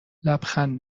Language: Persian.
لبخند